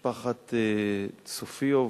משפחת צופיוב,